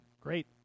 great